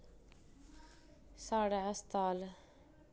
साढ़ै हस्पताल